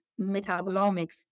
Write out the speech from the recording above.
metabolomics